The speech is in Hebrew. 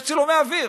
יש צילומי אוויר.